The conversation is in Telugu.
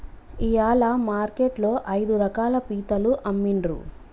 ఇయాల మార్కెట్ లో ఐదు రకాల పీతలు అమ్మిన్రు